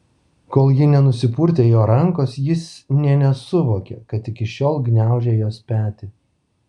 kol ji nenusipurtė jo rankos jis nė nesuvokė kad iki šiol gniaužė jos petį